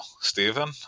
Stephen